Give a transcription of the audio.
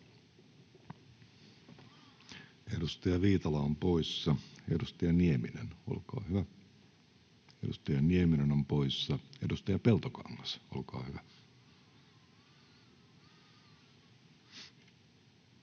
Edustaja Viitala on poissa. Edustaja Nieminen, olkaa hyvä. Edustaja Nieminen on poissa.